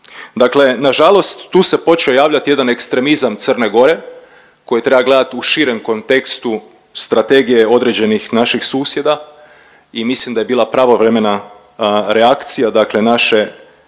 Dakle, na žalost tu se počeo javljati jedan ekstremizam Crne Gore koji treba gledati u širem kontekstu strategije određenih naših susjeda i mislim da je bila pravovremena reakcija, dakle našeg